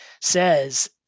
says